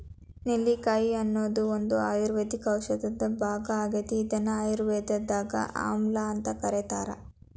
ನೆಲ್ಲಿಕಾಯಿ ಅನ್ನೋದು ಒಂದು ಆಯುರ್ವೇದ ಔಷಧದ ಭಾಗ ಆಗೇತಿ, ಇದನ್ನ ಆಯುರ್ವೇದದಾಗ ಆಮ್ಲಾಅಂತ ಕರೇತಾರ